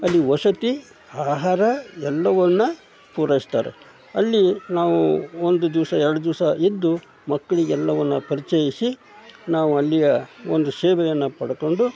ಅಲ್ಲಿ ವಸತಿ ಆಹಾರ ಎಲ್ಲವನ್ನು ಪೂರೈಸುತ್ತಾರೆ ಅಲ್ಲಿ ನಾವು ಒಂದು ದಿವಸ ಎರಡು ದಿವಸ ಇದ್ದು ಮಕ್ಕಳಿಗೆಲ್ಲವನ್ನ ಪರಿಚಯಿಸಿ ನಾವಲ್ಲಿಯ ಒಂದು ಸೇವೆಯನ್ನು ಪಡ್ಕೊಂಡು